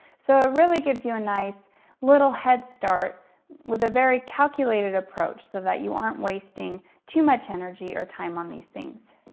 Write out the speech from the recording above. so it ah really gives you a nice little headstart with a very calculated approach so that you aren't wasting too much energy or time on these things.